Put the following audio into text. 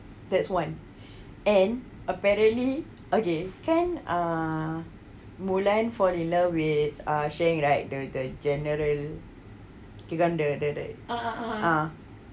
that's one and apparently okay can ah mulan fall in love with ah shang right the the general kan the the ah